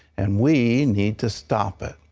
and we need to stop it.